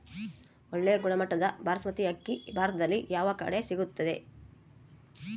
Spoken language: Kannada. ಒಳ್ಳೆ ಗುಣಮಟ್ಟದ ಬಾಸ್ಮತಿ ಅಕ್ಕಿ ಭಾರತದಲ್ಲಿ ಯಾವ ಕಡೆ ಸಿಗುತ್ತದೆ?